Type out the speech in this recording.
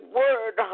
word